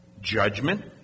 Judgment